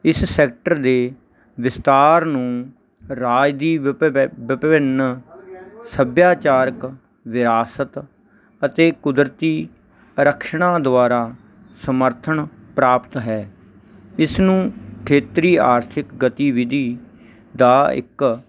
ਇਸ ਸੈਕਟਰ ਦੇ ਵਿਸਤਾਰ ਨੂੰ ਰਾਜ ਦੀ ਵਿਭਿੰਨ ਸੱਭਿਆਚਾਰਕ ਵਿਆਸਤ ਅਤੇ ਕੁਦਰਤੀ ਆਰਕਸ਼ਣਾਂ ਦੁਆਰਾ ਸਮਰਥਨ ਪ੍ਰਾਪਤ ਹੈ ਇਸਨੂੰ ਖੇਤਰੀ ਆਰਥਿਕ ਗਤੀਵਿਧੀ ਦਾ ਇੱਕ